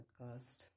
podcast